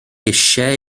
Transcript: eisiau